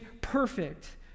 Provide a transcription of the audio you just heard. perfect